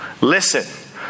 Listen